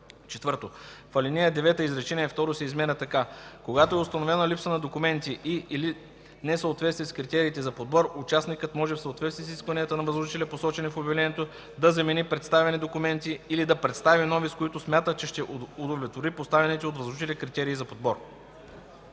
4. В ал. 9 изречение второ се изменя така: „Когато е установена липса на документи и/или несъответствие с критериите за подбор, участникът може в съответствие с изискванията на възложителя, посочени в обявлението, да замени представени документи или да представи нови, с които смята, че ще удовлетвори поставените от възложителя критерии за подбор.”